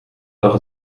doch